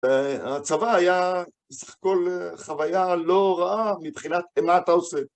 הצבא היה כל חוויה לא רעה מבחינת מה אתה עושה.